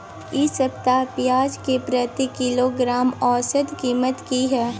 इ सप्ताह पियाज के प्रति किलोग्राम औसत कीमत की हय?